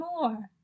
more